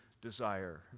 desire